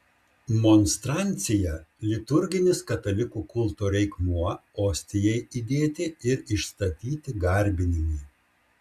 monstrancija liturginis katalikų kulto reikmuo ostijai įdėti ir išstatyti garbinimui